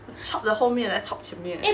chop 了后面 then chop 前面 eh